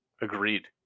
Agreed